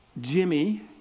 Jimmy